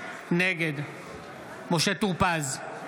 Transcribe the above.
נגד משה טור פז,